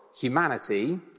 humanity